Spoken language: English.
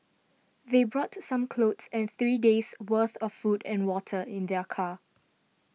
they brought some clothes and three days' worth of food and water in their car